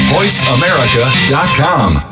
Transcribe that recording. VoiceAmerica.com